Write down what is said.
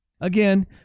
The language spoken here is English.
Again